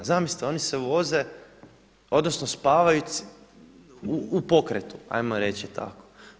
Zamislite oni se voze odnosno spavaju u pokretu, ajmo reći tako.